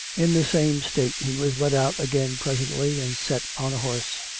in the same state he was led out again presently, and set on a horse.